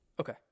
Okay